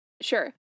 Sure